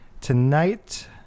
tonight